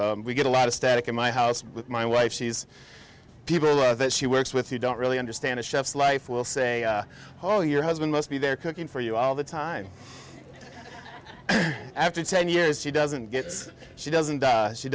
we get a lot of static in my house with my wife she's people that she works with you don't really understand chefs life will say oh your husband must be there cooking for you all the time after ten years she doesn't get she doesn't she